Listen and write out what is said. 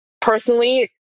personally